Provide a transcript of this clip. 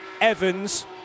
Evans